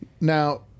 Now